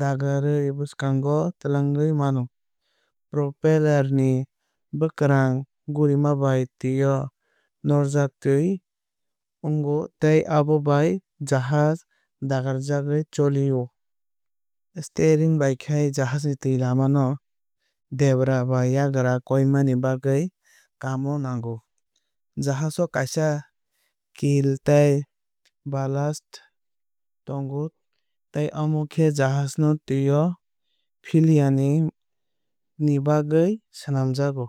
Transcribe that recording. dagarwui bwswkango twlangwui mano. Propeller ni bwkrang gurima bai twui norjaktwi ongo tei amo bai jahaj dagarjagwuicholi o. Steering bai khe jahaj ni twi lama no debra ba yagra koinani bagwui kaam o nango. Jahaj o kaisa keel tei ballast tongo tei amo khe jahaj no twui o filyani ni bagwui swnamjago.